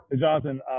Jonathan